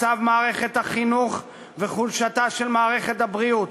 מצב מערכת החינוך וחולשתה של מערכת הבריאות